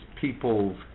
peoples